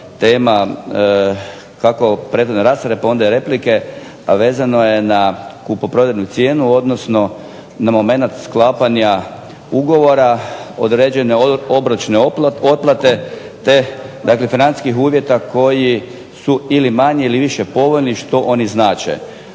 tema kako rasprave pa onda i replike a vezano je na kupoprodajnu cijenu, odnosno na momenat sklapanja ugovora, određene obročne otplate te dakle financijskih uvjeta koji su ili manje ili više povoljni, što oni znače.